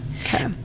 Okay